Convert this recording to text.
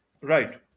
Right